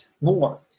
more